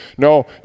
No